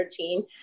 13